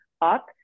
up